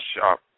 shop